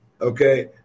okay